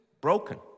broken